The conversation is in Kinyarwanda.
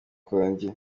kwanjye